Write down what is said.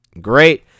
great